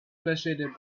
persuaded